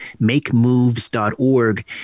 makemoves.org